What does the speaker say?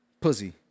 pussy